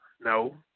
No